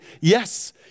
Yes